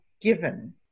given